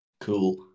cool